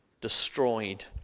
destroyed